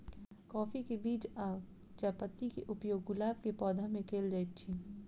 काफी केँ बीज आ चायपत्ती केँ उपयोग गुलाब केँ पौधा मे केल केल जाइत अछि?